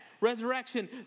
resurrection